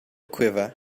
quiver